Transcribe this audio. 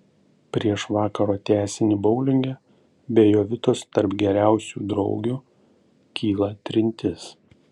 prieš vakaro tęsinį boulinge be jovitos tarp geriausių draugių kyla trintis